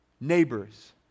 Neighbors